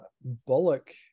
bullock